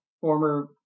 former